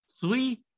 three